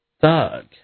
thug